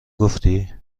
گفتی